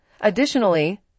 Additionally